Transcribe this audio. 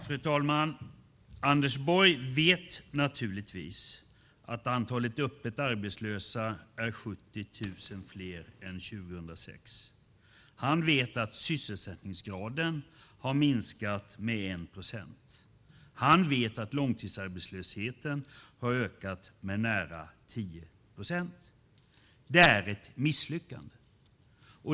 Fru talman! Anders Borg vet naturligtvis att antalet öppet arbetslösa är 70 000 fler än 2006. Han vet att sysselsättningsgraden har minskat med 1 procent. Han vet att långtidsarbetslösheten har ökat med nära 10 procent. Det är ett misslyckande.